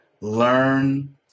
learn